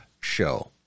Show